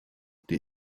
die